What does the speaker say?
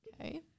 Okay